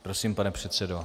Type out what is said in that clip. Prosím, pane předsedo.